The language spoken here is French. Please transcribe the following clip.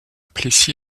plessis